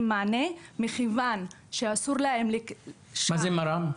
מענה מכיוון שאסור להם --- מה זה מר"מ?